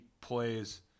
plays –